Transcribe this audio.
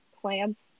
plants